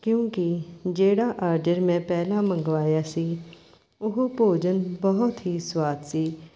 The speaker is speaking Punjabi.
ਕਿਉਂਕਿ ਜਿਹੜਾ ਆਡਰ ਮੈਂ ਪਹਿਲਾਂ ਮੰਗਵਾਇਆ ਸੀ ਉਹ ਭੋਜਨ ਬਹੁਤ ਹੀ ਸਵਾਦ ਸੀ